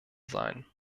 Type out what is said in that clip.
sein